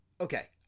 okay